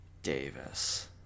Davis